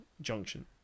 junction